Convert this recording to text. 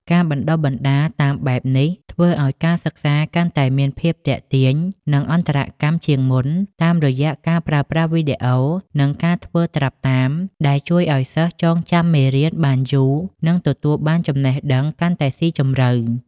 ការបណ្តុះបណ្តាលតាមបែបនេះធ្វើឱ្យការសិក្សាកាន់តែមានភាព ទាក់ទាញ និងអន្តរកម្ម ជាងមុន តាមរយៈការប្រើប្រាស់វីដេអូ និងការធ្វើត្រាប់តាម ដែលជួយឱ្យសិស្សចងចាំមេរៀនបានយូរនិងទទួលបានចំណេះដឹងកាន់តែស៊ីជម្រៅ។